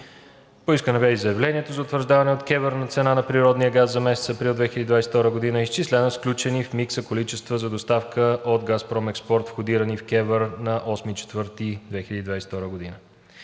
Поискано бе и заявлението за утвърждаване от КЕВР на цена на природния газ за месец април 2022 г., изчислена с включени в микса количества за доставка от ООО „Газпром Експорт“, входирано в КЕВР на 8 април 2022 г.